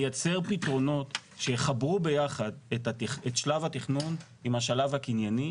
לייצר פתרונות שיחברו ביחד את שלב התכנון עם השלב הקנייני